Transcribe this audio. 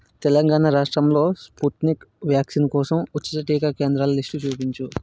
తెలంగాణా రాష్ట్రంలో Sputnik vaccine కోసం ఉచిత టీకా కేంద్రాల లిస్టు చూపించు